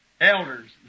elders